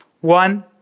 One